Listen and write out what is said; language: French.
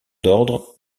d’ordre